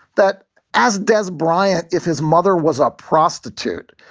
that as dez bryant, if his mother was a prostitute,